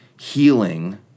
healing